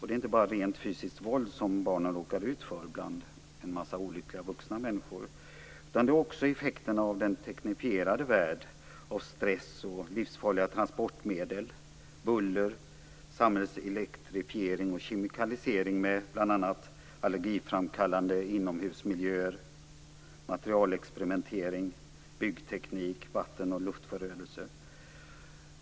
Det är inte bara rent fysiskt våld som barnen råkar ut för bland en massa olyckliga vuxna människor, utan det är också effekterna av den teknifierade värld av stress och livsfarliga transportmedel, buller, samhällets elektrifiering och kemikalisering med bl.a. allergiframkallande inomhusmiljöer, materialexperimentering, byggteknik och vatten och luftförödelse.